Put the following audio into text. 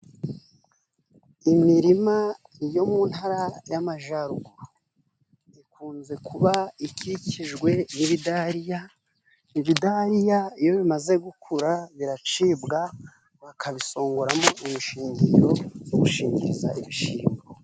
Imirima yo mu ntara y'Amajyaruguru, ikunze kuba ikikijwe n'ibidariya. Ibidariya iyo bimaze gukura biracibwa bakabisongoramo imishingiriro, yo gushingiriza ibishyimbo.